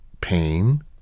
pain